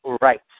right